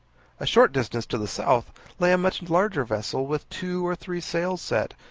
a short distance to the south lay a much larger vessel, with two or three sails set,